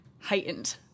heightened